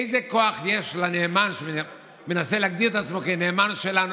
איזה כוח יש לנאמן שמנסה להגדיר את עצמו כנאמן שלנו?